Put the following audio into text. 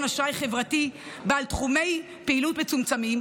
ואשראי חברתי בעל תחומי פעילות מצומצמים,